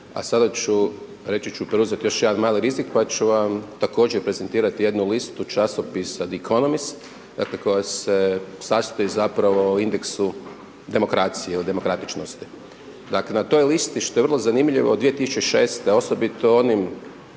reći ću preuzeti još jedan mali rizik pa ću vam također prezentirati jednu listu časopisa The Economist, dakle koja se sastoji zapravo u indeksu demokracije, o demokratičnosti. Dakle, na toj listi, što je vrlo zanimljivo, 2006. osobito onim